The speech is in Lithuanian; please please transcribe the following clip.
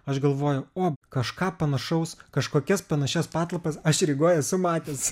aš galvoju o kažką panašaus kažkokias panašias patalpas aš rygoj esu matęs